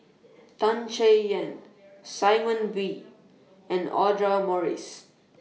Tan Chay Yan Simon Wee and Audra Morrice